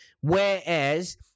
whereas